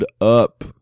up